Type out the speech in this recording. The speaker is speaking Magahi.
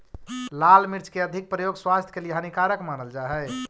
लाल मिर्च के अधिक प्रयोग स्वास्थ्य के लिए हानिकारक मानल जा हइ